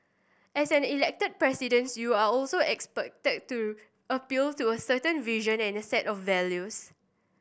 as an elected Presidents you are also expected to appeal to a certain vision and set of values